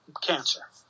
cancer